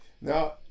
Now